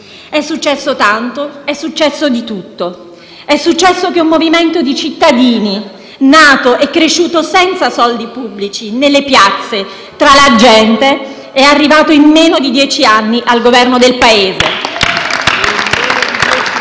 È successo tanto, è successo di tutto. È successo che un movimento di cittadini, nato e cresciuto senza soldi pubblici, nelle piazze, tra la gente è arrivato in meno di dieci anni al Governo del Paese.